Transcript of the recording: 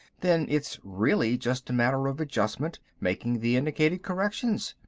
then it's really just a matter of adjustment, making the indicated corrections.